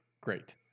great